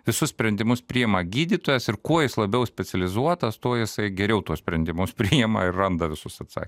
visus sprendimus priima gydytojas ir kuo jis labiau specializuotas tuo jisai geriau tuos sprendimus priima ir randa visus atsak